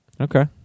Okay